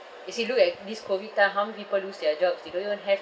you see look at this COVID time how many people lose their jobs they don't even have